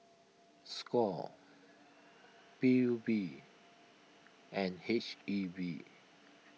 Score P U B and H E B